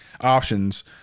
options